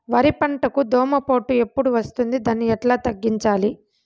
వరి పంటకు దోమపోటు ఎప్పుడు వస్తుంది దాన్ని ఎట్లా తగ్గించాలి?